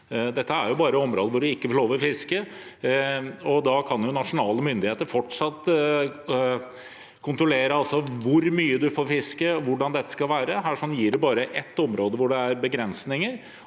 Dette er bare områder hvor man ikke får lov til å fiske, og nasjonale myndigheter kan fortsatt kontrollere hvor mye man får fiske, og hvordan dette skal være. Her gir man bare et område hvor det er begrensninger,